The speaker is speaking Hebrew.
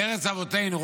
בארץ אבותינו,